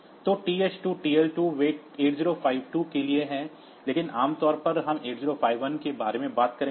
तो TH2 TL2 वे 8052 के लिए हैं लेकिन आम तौर पर हम 8051 के बारे में बात करेंगे